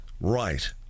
Right